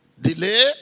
delay